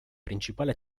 principale